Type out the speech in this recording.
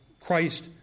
Christ